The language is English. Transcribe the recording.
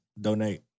donate